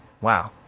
Wow